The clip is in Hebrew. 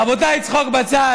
רבותיי, צחוק בצד.